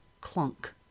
clunk